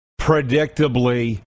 Predictably